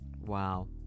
Wow